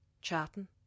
Chatting